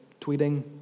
tweeting